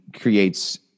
creates